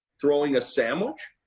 throwing a sandwich?